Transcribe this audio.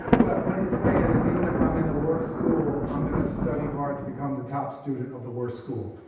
well, what he's saying is even if i'm in the worst school, i'm gonna study hard to become the top student of the worst school.